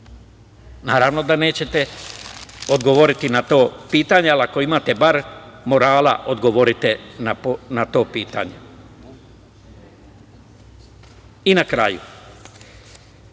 Naravno, da nećete odgovoriti na to pitanje, ali ako imate bar morala odgovorite na to pitanje. Na kraju,